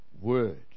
word